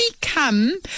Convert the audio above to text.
come